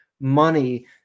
money